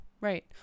Right